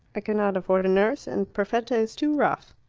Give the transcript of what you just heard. i cannot afford a nurse, and perfetta is too rough.